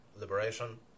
liberation